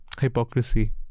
hypocrisy